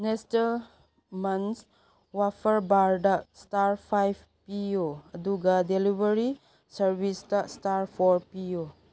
Nestlé Munch wafer bar star five ꯄꯤꯌꯨ ꯑꯗꯨꯒ delivery service star four ꯄꯤꯌꯨ